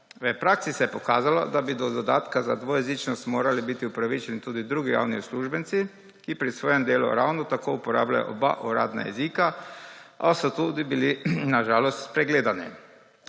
V praksi se je pokazalo, da bi do dodatka za dvojezičnost morali biti upravičeni tudi drugi javni uslužbenci, ki pri svojem delu ravno tako uporabljajo oba uradna jezika, a so tudi bili na žalost spregledani.